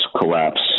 collapse